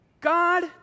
God